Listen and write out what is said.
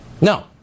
No